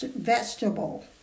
vegetable